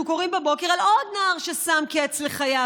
אנחנו קוראים בבוקר על עוד נער ששם קץ לחייו,